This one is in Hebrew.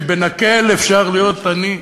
שבנקל אפשר להיות עני,